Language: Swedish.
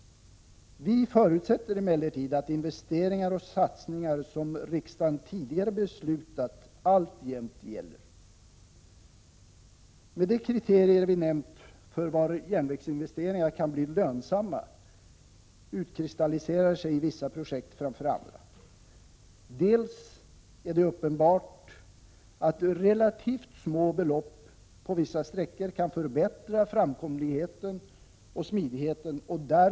Vi förutsätter emellertid att investeringar och satsningar som riksdagen tidigare beslutat om alltjämt gäller. Med de kriterier vi nämnt för var järnvägsinvesteringar kan bli lönsamma utkristalliserar sig vissa projekt framför andra. Det är uppenbart att relativt små belopp kan förbättra framkomligheten och smidigheten på vissa sträckor.